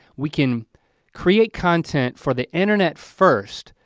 we can create content for the internet first,